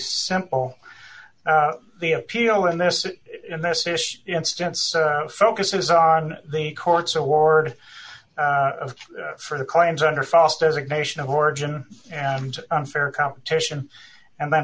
simple the appeal in this instance focuses on the court's award for the claims under false designation of origin and unfair competition and then